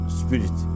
spirit